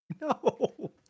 No